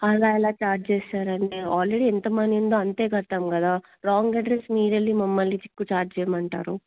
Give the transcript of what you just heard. అలా ఎలా ఛార్జ్ చేస్తారు అండి ఆల్రెడీ ఎంత మనీ ఉందో అంతే కడతాం కదా రాంగ్ అడ్రస్ మీరు వెళ్లి మమ్మల్ని చిక్కు చార్జ్ చేయమంటారు